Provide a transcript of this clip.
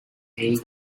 eight